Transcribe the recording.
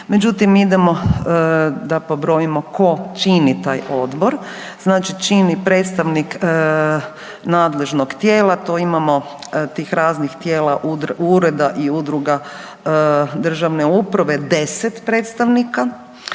Međutim, idemo da pobrojimo ko čini taj odbor. Znači čini predstavnik nadležnog tijela, to imamo tih raznih tijela, ureda i udruga državne uprave 10 predstavnika